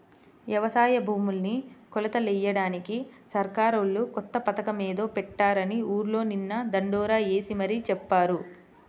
యవసాయ భూముల్ని కొలతలెయ్యడానికి సర్కారోళ్ళు కొత్త పథకమేదో పెట్టారని ఊర్లో నిన్న దండోరా యేసి మరీ చెప్పారు